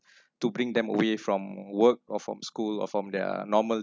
to bring them away from work or from school or from their normal